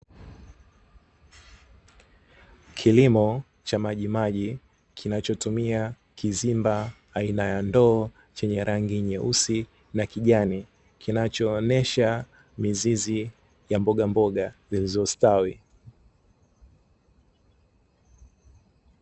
Kilimo cha majimaji kinachotumia kizimba aina ya ndoo chenye rangi nyeusi na kijani, kinachoonesha mizizi ya mbogamboga zilizostawi.